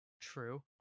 true